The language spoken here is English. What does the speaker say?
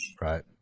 right